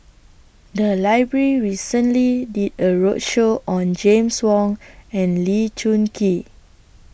The Library recently did A roadshow on James Wong and Lee Choon Kee